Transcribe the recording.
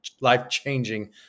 life-changing